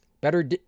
Better